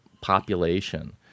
population